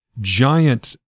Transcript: giant